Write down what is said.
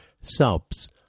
Subs